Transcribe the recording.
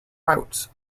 routes